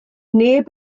neb